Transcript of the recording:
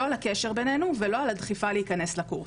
לא על הקשר בינינו ולא על הדחיפה להיכנס לקורס.